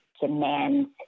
demands